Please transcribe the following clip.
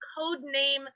codename